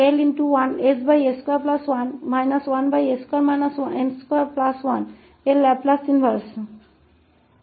इसलिए हमें s 1s21का L इनवर्स खोजने की आवश्यकता है जो फिर से रैखिकता कहता है कि यह इनवर्स है ss21 1s21